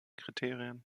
kriterien